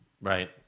Right